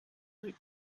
rue